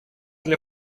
для